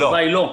התשובה היא לא.